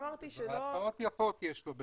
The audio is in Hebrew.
הצעות יפות יש לו.